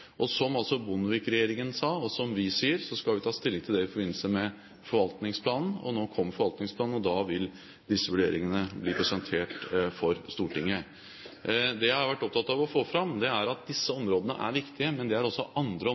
Som altså Bondevik-regjeringen sa, og som vi sier, skal vi ta stilling til det i forbindelse med forvaltningsplanen. Nå kommer forvaltningsplanen, og da vil disse vurderingene bli presentert for Stortinget. Det jeg har vært opptatt av å få fram, er at disse områdene er viktige, men det er også andre